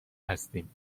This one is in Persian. هستیم